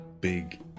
big